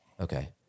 Okay